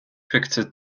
cricketer